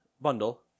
bundle